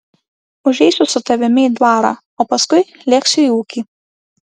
užeisiu su tavimi į dvarą o paskui lėksiu į ūkį